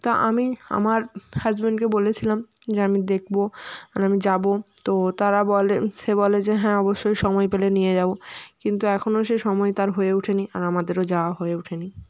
তা আমি আমার হাসবেন্ডকে বলেছিলাম যে আমি দেখবো আর আমি যাবো তো তারা বলে সে বলে যে হ্যাঁ অবশ্যই সময় পেলে নিয়ে যাবো কিন্তু এখনও সে সময় তার হয়ে ওঠেনি আর আমাদেরও যাওয়া হয়ে ওঠেনি